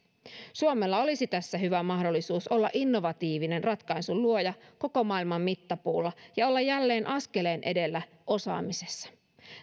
suomella olisi tässä hyvä mahdollisuus olla innovatiivinen ratkaisun luoja koko maailman mittapuulla ja olla jälleen askeleen edellä osaamisessa